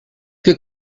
wir